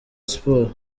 sport